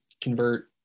convert